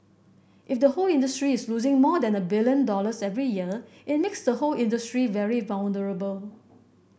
if the whole industry is losing more than a billion dollars every year it makes the whole industry very vulnerable